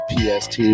pst